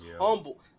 humble